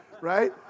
right